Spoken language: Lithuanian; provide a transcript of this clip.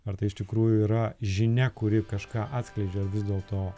ar tai iš tikrųjų yra žinia kuri kažką atskleidžia ar vis dėlto